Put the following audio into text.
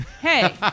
Hey